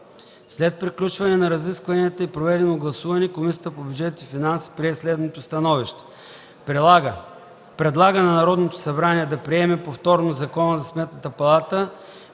След приключване на разискванията и проведено гласуване Комисията по бюджет и финанси прие следното становище: Предлага на Народното събрание да приеме повторно Закона за Сметната палата,